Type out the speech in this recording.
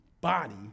body